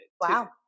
Wow